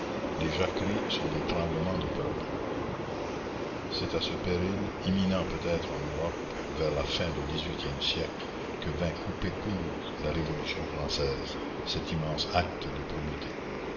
les jacqueries sont des tremblements de peuple c'est à ce péril imminent peut-être en europe vers la fin du dix-huitième siècle que vint couper court la révolution française cet immense acte de probité